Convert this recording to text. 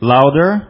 Louder